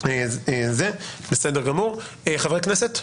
בסדר גמור חבר הכנסת?